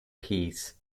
peace